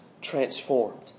transformed